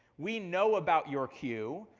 we know about your queue.